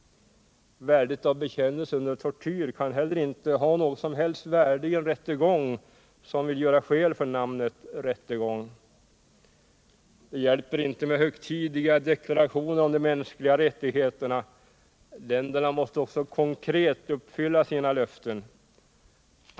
Bekännelser under tortyr kan heller inte ha något som helst värde i en rättegång som vill göra skäl för namnet rättegång. Det hjälper inte med högtidliga deklarationer om de mänskliga rättigheterna. Länderna måste också konkret uppfylla sina löften.